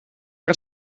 het